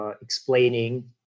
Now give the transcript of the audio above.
explaining